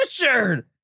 Richard